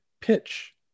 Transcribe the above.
pitch